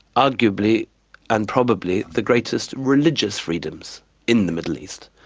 arguably and probably the greatest religious freedom so in the middle east,